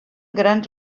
grans